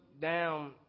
down